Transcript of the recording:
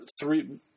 three